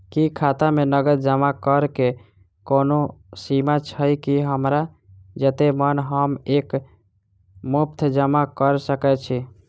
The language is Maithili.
की खाता मे नगद जमा करऽ कऽ कोनो सीमा छई, की हमरा जत्ते मन हम एक मुस्त जमा कऽ सकय छी?